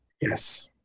Yes